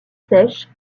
sèche